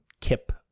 Kip